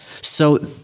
So-